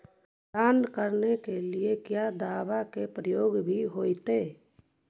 भंडारन करने के लिय क्या दाबा के प्रयोग भी होयतय?